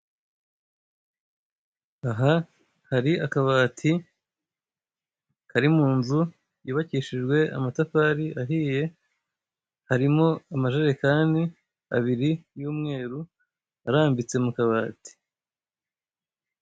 Aha hari akabati kari mu nzu yubakishijwe amatafari ahiye, harimo amajerekani abiri y'umweru arambitse mu kabati.